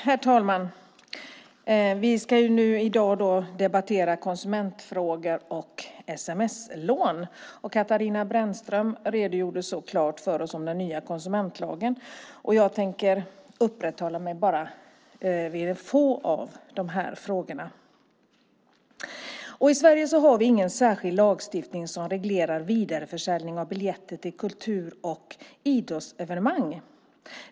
Herr talman! I dag debatterar vi konsumentfrågor och sms-lån. Katarina Brännström redogjorde klart för den nya konsumentlagen. Jag tänker bara uppehålla mig vid några få av de här frågorna. I Sverige har vi inte någon särskild lagstiftning som reglerar vidareförsäljning av biljetter till kultur och idrottsevenemang.